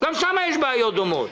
גם שם יש בעיות דומות.